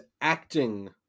acting